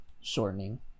shortening